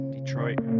Detroit